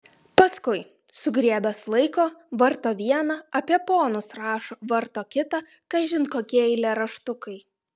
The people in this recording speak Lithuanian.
paskui sugriebęs laiko varto vieną apie ponus rašo varto kitą kažin kokie eilėraštukai